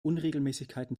unregelmäßigkeiten